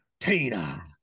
Tina